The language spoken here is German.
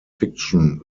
fiction